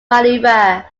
maneuver